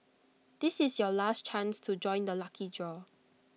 this is your last chance to join the lucky draw